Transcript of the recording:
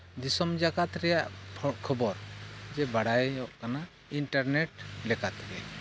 ᱫᱤᱥᱚᱢ ᱡᱟᱠᱟᱛ ᱨᱮᱭᱟᱜ ᱠᱷᱚᱵᱚᱨ ᱪᱮ ᱵᱟᱰᱟᱭᱚᱜ ᱠᱟᱱᱟ ᱤᱱᱴᱟᱨᱱᱮᱴ ᱞᱮᱠᱟᱛᱮᱜᱮ